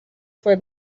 for